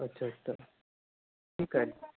अच्छा अच्छा ठीक आहे ना